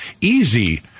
easy